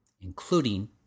including